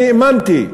אני האמנתי.